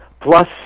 plus